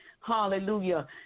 Hallelujah